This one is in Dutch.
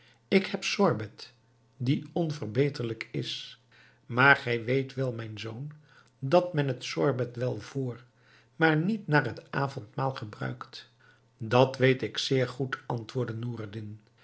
ik heb sorbet die onverbeterlijk is maar gij weet wel mijn zoon dat men het sorbet wel voor maar niet na het avondmaal gebruikt dat weet ik zeer goed antwoordde noureddin